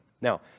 Now